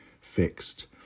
fixed